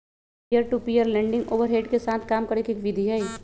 peer to peer lending overhead के साथ काम करे के एक विधि हई